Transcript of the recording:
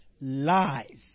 lies